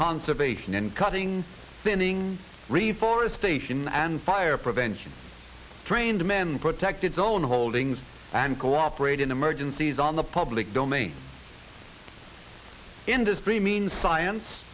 conservation and cutting thinning reforestation and fire prevention trained men protect its own holdings and cooperate in emergencies on the public domain industry means science